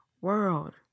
world